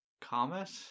Comet